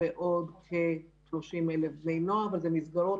אלו מסגרות